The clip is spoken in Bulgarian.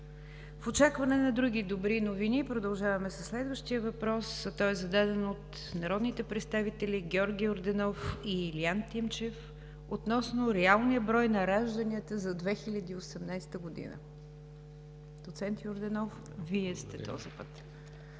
В очакване на други добри новини продължаваме със следващия въпрос. Той е зададен от народните представители Георги Йорданов и Илиян Тимчев относно реалния брой на ражданията за 2018 г. Доцент Йорданов, Вие сте този път.